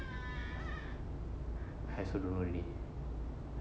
I also don't know already